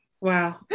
Wow